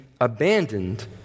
abandoned